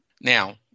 Now